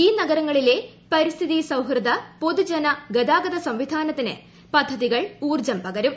ഈ നഗരങ്ങളിലെ പരിസ്ഥിതി സൌഹൃദ പൊതുജന ഗതാഗത സംവിധാനത്തിന് പദ്ധതികൾ ഉൌർജ്ജം പകരും